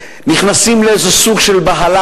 נכנסים לאיזו סוג של בהלה,